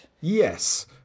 Yes